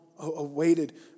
awaited